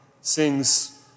sings